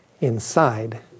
inside